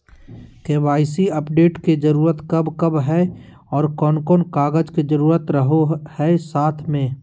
KYC update के जरूरत कब कब है और कौन कौन कागज के जरूरत रहो है साथ में?